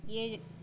ஏழு